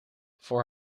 voor